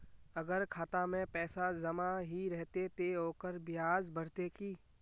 अगर खाता में पैसा जमा ही रहते ते ओकर ब्याज बढ़ते की?